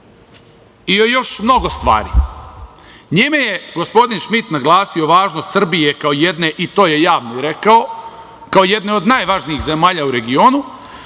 i o još mnogo stvari, njime je gospodin Šmit naglasio važnost Srbije kao jedne, a to je javno i rekao, kao jedne od najvažnijih zemalja i regionu,